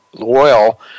oil